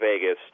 Vegas